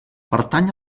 pertany